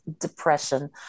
depression